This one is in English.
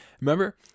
Remember